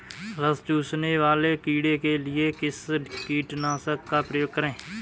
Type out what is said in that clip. रस चूसने वाले कीड़े के लिए किस कीटनाशक का प्रयोग करें?